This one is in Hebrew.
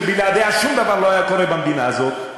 שבלעדיה שום דבר לא היה קורה במדינה הזאת.